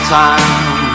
time